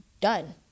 done